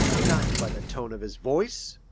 not by the tone of his voice.